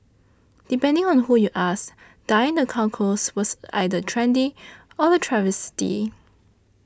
depending on who you ask dyeing the Chow Chows was either trendy or a travesty